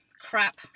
crap